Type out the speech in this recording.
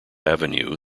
avenue